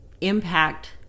impact